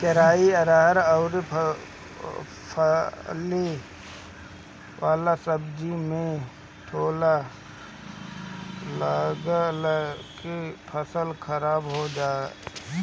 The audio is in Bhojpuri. केराई, अरहर अउरी फली वाला सब्जी में ढोला लागला से फसल खराब हो जात हवे